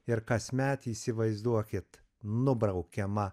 ir kasmet įsivaizduokit nubraukiama